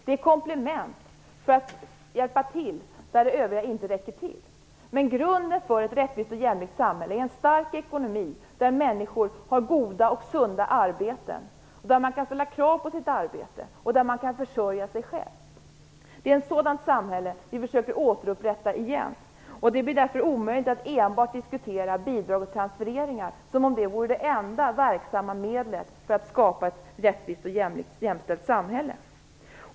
De är ett komplement som skall hjälpa till när det övriga inte räcker till. Grunden för ett rättvist och jämlikt samhälle är en stark ekonomi där människor har goda och sunda arbeten. Man skall kunna ställa krav på sitt arbete och kunna försörja sig själv. Det är ett sådant samhälle vi försöker återupprätta igen. Det blir därför omöjligt att enbart diskutera bidrag och transfereringar, som om det vore det enda verksamma medlet för att skapa ett rättvist och jämställt samhälle.